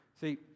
See